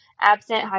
absent